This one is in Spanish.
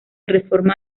reforma